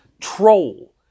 Troll